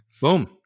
Boom